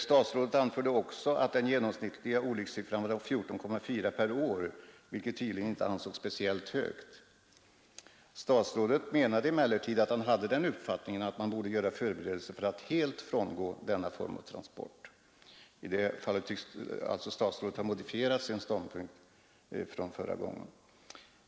Statsrådet anförde också att den genomsnittliga olyckssiffran var 14,4 per år, vilket tydligen inte ansågs speciellt högt. Emellertid hade han den uppfattningen att man borde göra förberedelser för att helt frångå denna form av transport. I det fallet tycks statsrådet alltså ha ändrat sin ståndpunkt från förra gången.